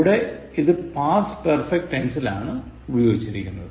ഇവിടെ ഇത് past perfect ടെൻസിലാണ് ഉപയോഗിച്ചിരിക്കുന്നത്